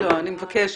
אני מבקשת,